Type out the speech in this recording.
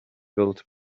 built